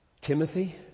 Timothy